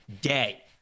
day